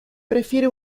prefiere